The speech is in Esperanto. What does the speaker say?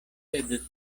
sed